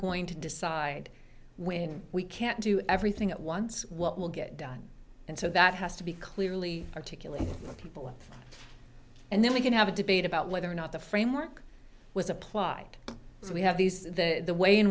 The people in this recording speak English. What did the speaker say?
going to decide when we can't do everything at once what will get done and so that has to be clearly articulated people and then we can have a debate about whether or not the framework was applied so we have these the way in